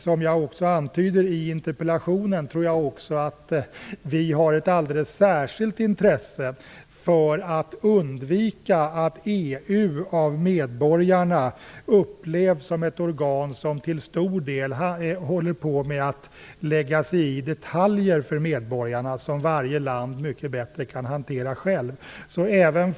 Som jag antyder i interpellationen tror jag att vi har ett alldeles särskilt intresse av att undvika att EU av medborgarna upplevs som ett organ som till stor del lägger sig i detaljer för medborgarna som varje land mycket bättre självt kan hantera.